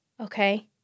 Okay